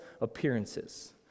appearances